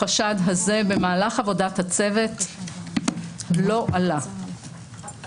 החשד הזה במהלך עבודת הצוות לא עלה.